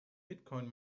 bitcoin